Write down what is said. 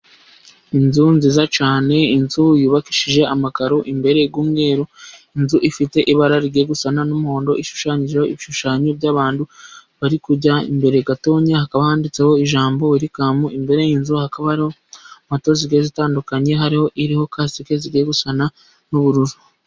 Inzu nziza cyane, inzu yubakishije amakaro imbere y'umweru, inzu ifite ibara rigiye gusa n'umuhondo, ishushanyijeho ibishushanyo by'abantu bari kurya. Imbere gatoya hakaba handitseho ijambo werikamu, imbere y'inzu hakaba hariho moto zigiye zitandukanye, hariho iriho kasike zigiye gusa n'ubururu.